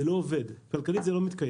זה לא עובד, כלכלית זה לא מתקיים.